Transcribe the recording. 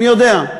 אני יודע.